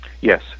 Yes